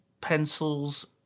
pencils